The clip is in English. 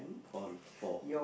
all four